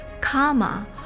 Karma